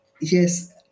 Yes